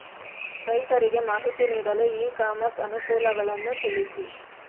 ರೈತರಿಗೆ ಮಾಹಿತಿ ನೀಡಲು ಇ ಕಾಮರ್ಸ್ ಅನುಕೂಲಗಳನ್ನು ತಿಳಿಸಿ?